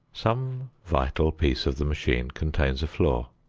some vital piece of the machine contains a flaw.